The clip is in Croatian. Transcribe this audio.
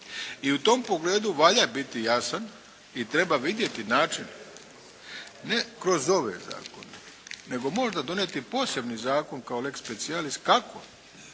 I u tom pogledu valja biti jasan i treba vidjeti način ne kroz ove zakone, nego možda donijeti posebni zakon kao lex specialis kako